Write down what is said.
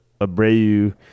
Abreu –